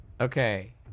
Okay